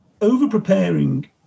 Over-preparing